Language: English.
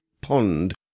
pond